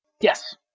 Yes